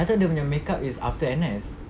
I thought dia punya makeup is after N_S